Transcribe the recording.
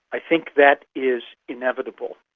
i think that is inevitable.